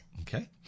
Okay